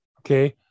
Okay